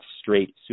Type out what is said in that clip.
straight